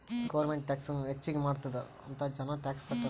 government tax ಹೆಚ್ಚಿಗ್ ಮಾಡ್ಯಾದ್ ಅಂತ್ ಜನ ಟ್ಯಾಕ್ಸ್ ಕಟ್ಟಲ್